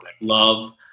love